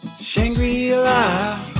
Shangri-La